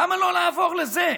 למה לא לעבור לזה?